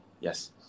Yes